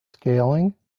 scaling